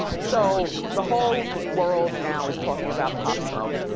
so the whole world now is talking about pop smoke